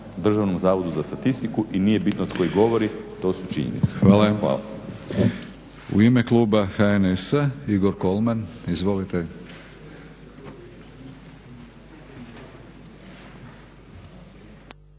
Državnom zavodu za statistiku i nije bitno tko ih govori, to su činjenice. Hvala. **Batinić, Milorad (HNS)** U ime Kluba HNS-a Igor Kolman. Izvolite.